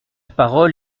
parole